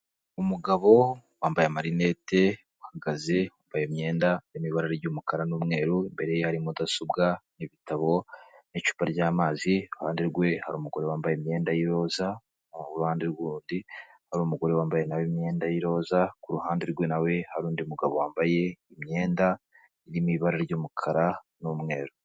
Umugabo wambaye amarinette uhagaze yambaye imyenda irimo ibara ry'umukara n'umweru, imbere hari mudasobwa n'ibitabo n'icupa ry'amazi, iruhande rwe hari umugore wambaye imyenda y'iroza, mu ruhande rundi hari umugore wambaye na we imyenda y'iroza, ku ruhande rwe na we hari undi mugabo wambaye imyenda irimo ibara ry'umukara n'umweru.